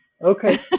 Okay